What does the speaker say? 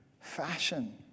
fashion